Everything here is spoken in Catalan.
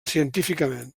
científicament